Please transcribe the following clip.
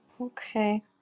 Okay